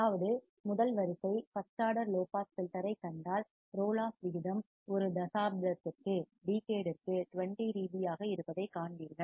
அதாவது முதல் வரிசை first order low pass filter ஐக் கண்டால் ரோல் ஆஃப் விகிதம் ஒரு தசாப்தத்திற்கு டிகேட்ற்கு 20 dB ஆக இருப்பதைக் காண்பீர்கள்